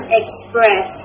express